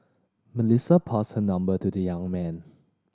Melissa passed her number to the young man